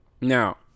Now